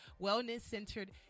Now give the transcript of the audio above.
wellness-centered